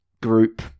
group